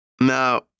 Now